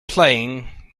playing